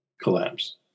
collapse